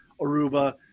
Aruba